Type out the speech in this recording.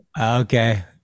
Okay